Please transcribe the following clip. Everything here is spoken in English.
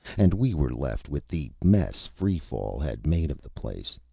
and we were left with the mess free-fall had made of the place.